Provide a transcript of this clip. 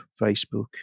Facebook